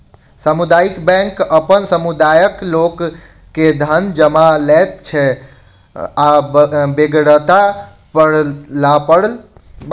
सामुदायिक बैंक अपन समुदायक लोक के धन जमा लैत छै आ बेगरता पड़लापर ऋण सेहो दैत छै